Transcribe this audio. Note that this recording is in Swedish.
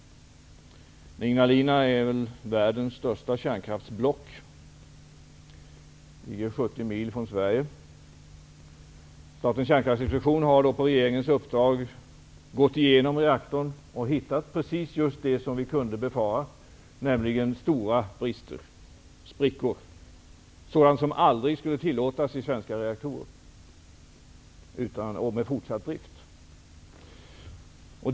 Ignalina är världens största kärnkraftsblock. Det ligger 70 mil från Sverige. Statens kärnkraftsinspektion har på regeringens uppdrag gått igenom reaktorn och hittat precis det vi kunde befara, nämligen stora brister, sprickor -- sådant som aldrig skulle tillåtas i svenska reaktorer i fortsatt drift.